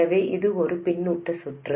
எனவே இது ஒரு பின்னூட்ட சுற்று